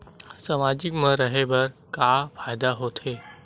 सामाजिक मा रहे बार का फ़ायदा होथे?